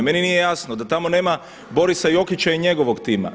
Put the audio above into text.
Meni nije jasno da tamo nema Borisa Jokića i njegovog tima.